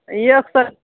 यौ अक्सर